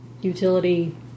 utility